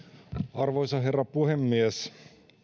arvoisa herra puhemies